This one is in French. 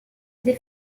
des